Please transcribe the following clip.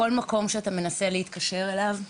כל מקום שמתקשרים אליו,